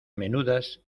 menudas